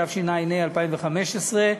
התשע"ה 2015,